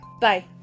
Bye